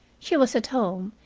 she was at home,